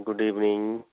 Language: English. good evening